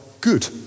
good